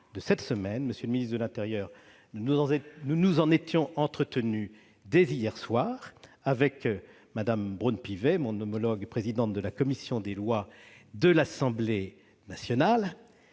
de cette semaine. Monsieur le ministre de l'intérieur, nous nous en étions entretenus dès hier soir avec Mme Braun-Pivet, mon homologue la présidente de la commission des lois de l'Assemblée nationale.